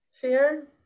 fear